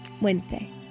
Wednesday